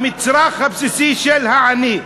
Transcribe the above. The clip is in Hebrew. המצרך הבסיסי של העני.